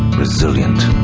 resilient.